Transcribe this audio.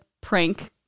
prank